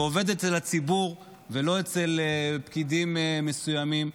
ועובד אצל הציבור ולא אצל פקידים מסוימים.